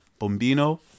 Bombino